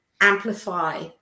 amplify